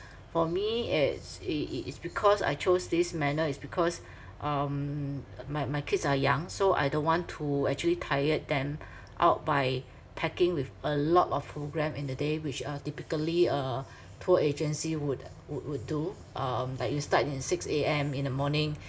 for me it's i~ i~ i~ it's because I chose this manner is because um my my kids are young so I don't want to actually tired them out by packing with a lot of programme in the day which uh typically uh tour agency would would would do um like you start in six A_M in the morning